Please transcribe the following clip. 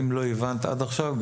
אם לא הבנת עד עכשיו,